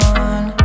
one